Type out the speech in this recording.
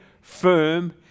firm